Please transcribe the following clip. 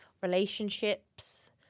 relationships